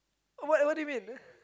what what do you mean